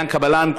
ביאן קבלאן,